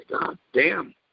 goddamn